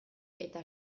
eta